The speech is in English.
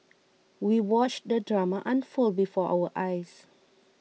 we watched the drama unfold before our eyes